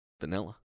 Vanilla